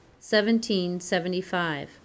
1775